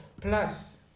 plus